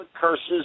curses